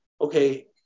okay